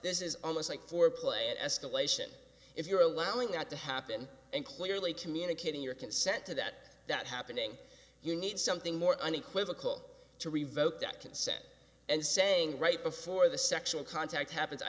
this is almost like foreplay and escalation if you're allowing that to happen and clearly communicating your consent to that that happening you need something more unequivocal to revoke that consent and saying right before the sexual contact ha